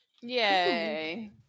Yay